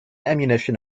ammunition